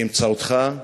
באמצעותך,